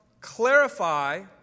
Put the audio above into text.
clarify